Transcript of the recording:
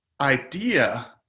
idea